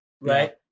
right